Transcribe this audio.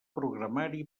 programari